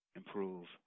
improve